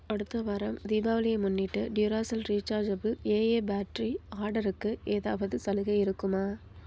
அடுத்த வாரம் தீபாவளியை முன்னிட்டு டியுராசெல் ரீச்சார்ஜபிள் ஏஏ பேட்ரி ஆர்டருக்கு ஏதாவது சலுகை இருக்குமா